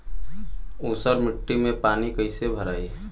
ऊसर मिट्टी में पानी कईसे भराई?